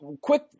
Quick